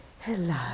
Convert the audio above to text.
Hello